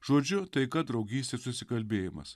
žodžiu taika draugystė susikalbėjimas